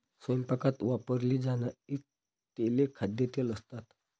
स्वयंपाकात वापरली जाणारी तेले खाद्यतेल असतात